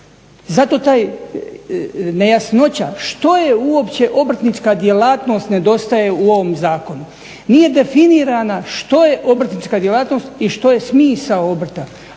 Zato ta nejasnoća što je uopće obrtnička djelatnost nedostaje u ovom zakonu. Nije definirana što je obrtnička djelatnost i što je smisao obrta.